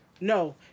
No